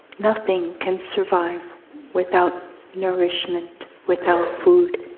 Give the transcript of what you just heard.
nothing can survive without nourishment, without food.